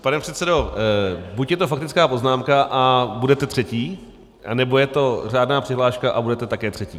Pane předsedo, buď je to faktická poznámka a budete třetí, anebo je to řádná přihláška a budete také třetí.